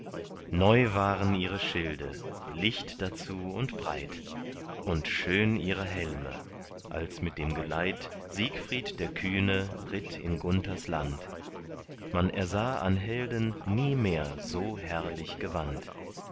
neu waren ihre schilde licht dazu und breit und schön ihre helme als mit dem geleit siegfried der kühne ritt in gunthers land man ersah an helden nie mehr so herrlich gewand